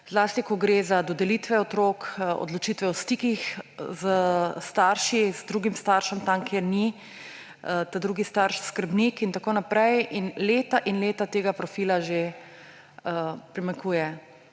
zlasti, ko gre za dodelitve otrok, odločitve o stikih s starši, z drugim staršem, tam, kjer ni ta drugi starš skrbnik in tako naprej. In že leta in leta tega profila primanjkuje.